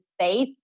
space